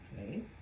Okay